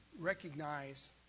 recognize